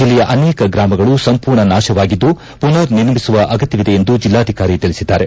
ಜಿಲ್ಲೆಯ ಅನೇಕ ಗ್ರಾಮಗಳು ಸಂಪೂರ್ಣ ನಾಶವಾಗಿದ್ದು ಪುನರ್ ನಿರ್ಮಿಸುವ ಅಗತ್ತವಿದೆ ಎಂದು ಅಧಿಕಾರಿಗಳು ತಿಳಿಸಿದ್ದಾರೆ